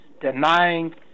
denying